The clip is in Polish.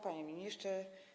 Panie Ministrze!